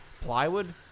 Plywood